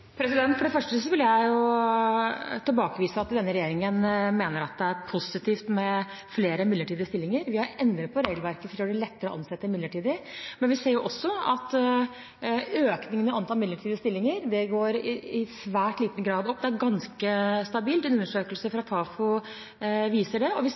For det første vil jeg tilbakevise at denne regjeringen mener at det er positivt med flere midlertidige stillinger. Vi har endret på regelverket for å gjøre det lettere å ansette midlertidig, men vi ser også at økningen i antall midlertidige stillinger går i svært liten grad opp. Det er ganske stabilt. Undersøkelser fra Fafo viser det. Vi